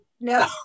no